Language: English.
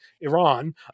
Iran